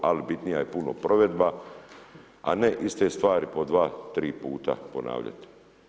Ali bitnija je puno provedba, a ne iste stvari po dva, tri puta ponavljati.